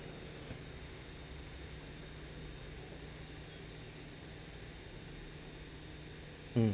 hmm